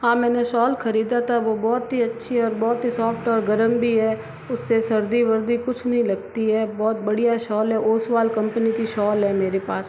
हाँ मैंने शॉल खरीदा था वो बहुत ही अच्छी और बहुत ही सॉफ्ट और गर्म भी है उससे सर्दी वर्दी कुछ नहीं लगती है बहुत बढ़िया शॉल है ओशवाल कंपनी की शॉल है मेरे पास